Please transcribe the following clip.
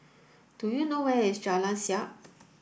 do you know where is Jalan Siap